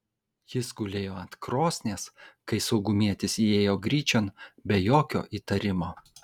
jis gulėjo ant krosnies kai saugumietis įėjo gryčion be jokio įtarimo